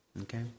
Okay